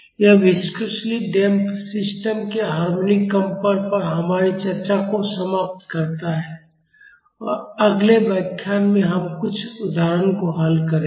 यह viscously damped system के harmonic कंपन पर हमारी चर्चा को समाप्त करता है अगले व्याख्यान में हम कुछ उदाहरणों को हल करेंगे